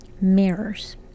mirrors